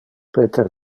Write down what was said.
peter